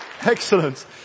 Excellent